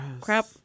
crap